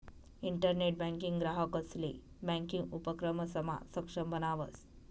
internet banking ग्राहकंसले banking उपक्रमसमा सक्षम बनावस